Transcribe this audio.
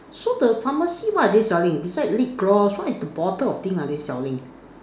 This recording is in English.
so the pharmacy what are they selling beside lip gloss what is the bottle of thing are they selling